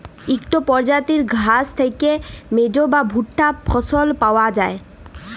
ইকট পরজাতির ঘাঁস থ্যাইকে মেজ বা ভুট্টা ফসল পাউয়া যায়